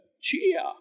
cheer